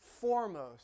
foremost